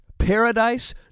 paradise